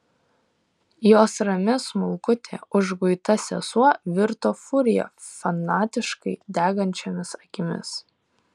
jos rami smulkutė užguita sesuo virto furija fanatiškai degančiomis akimis